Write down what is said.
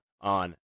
on